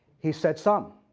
he said some.